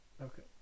Okay